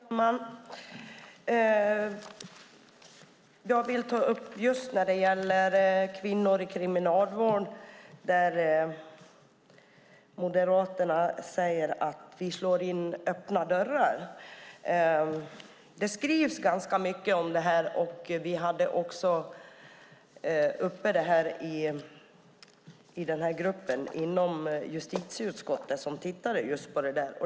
Herr talman! Jag vill ta upp frågan om kvinnor i kriminalvården. Moderaterna säger att vi slår in öppna dörrar. Det skrivs ganska mycket om detta, och vi hade frågan uppe också i den grupp i justitieutskottet som tittat på detta.